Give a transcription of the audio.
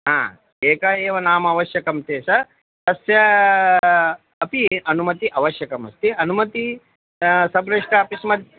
हा एका एव नाम् अवश्यकं त स तस्य अपि अनुमतिः अवश्यकमस्ति अनुमतिः सप्रेष्टा आफीस् मे